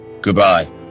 Goodbye